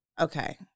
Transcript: okay